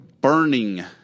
burning